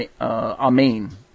amen